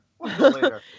later